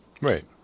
Right